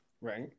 Right